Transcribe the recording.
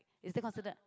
is it consider